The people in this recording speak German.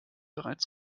bereits